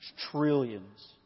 trillions